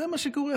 זה מה שקורה,